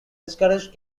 discouraged